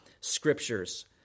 scriptures